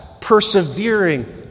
persevering